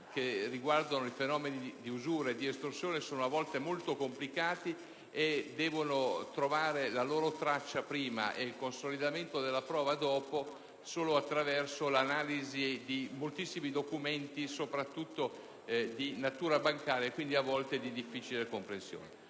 che riguardano i fenomeni di usura e di estorsione sono a volte molto complicati e devono trovare la loro traccia prima e il consolidamento della prova dopo, solo attraverso analisi di moltissimi documenti, soprattutto di natura bancaria, quindi a volte di difficile comprensione.